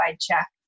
check